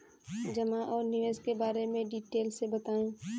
जमा और निवेश के बारे में डिटेल से बताएँ?